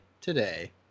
today